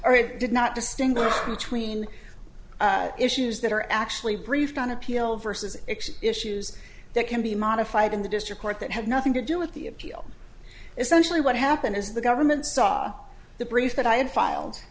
it did not distinguish between issues that are actually briefed on appeal versus issues that can be modified in the district court that have nothing to do with the appeal essentially what happened is the government saw the brief that i had filed